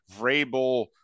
Vrabel